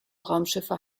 raumschiffe